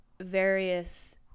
various